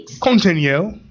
Continue